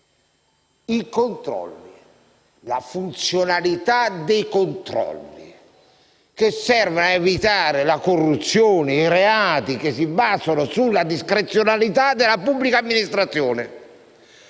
i controlli e la loro funzionalità. I controlli servono a evitare la corruzione e i reati che si basano sulla discrezionalità della pubblica amministrazione.